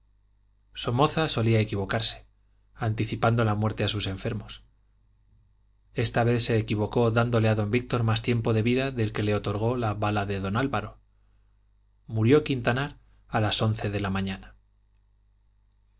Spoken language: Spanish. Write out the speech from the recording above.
somoza solía equivocarse anticipando la muerte a sus enfermos esta vez se equivocó dándole a don víctor más tiempo de vida del que le otorgó la bala de don álvaro murió quintanar a las once de la mañana